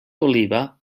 oliva